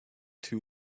too